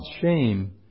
shame